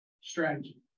strategy